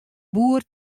boer